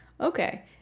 Okay